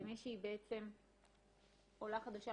כמי שהיא עולה חדשה,